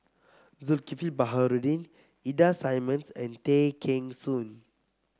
Zulkifli Baharudin Ida Simmons and Tay Kheng Soon